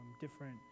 different